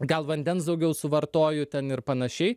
gal vandens daugiau suvartoju ten ir panašiai